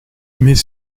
mais